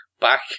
back